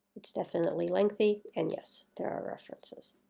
it's definitely lengthy, and yes there are references.